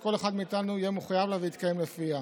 שכל אחד מאיתנו יהיה מחויב לה ויתקיים לפיה.